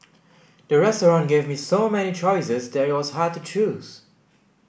the restaurant gave me so many choices that it was hard to choose